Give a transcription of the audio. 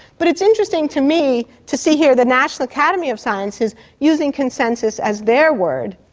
but it's interesting to me to see here the national academy of sciences using consensus as their word,